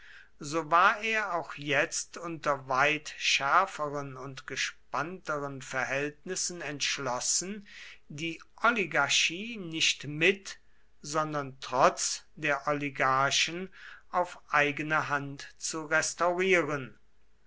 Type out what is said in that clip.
so war er auch jetzt unter weit schärferen und gespannteren verhältnissen entschlossen die oligarchie nicht mit sondern trotz der oligarchen auf eigene hand zu restaurieren